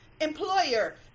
employer